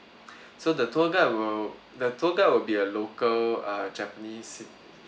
so the tour guide will the tour guide will be a local uh japanese